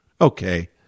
Okay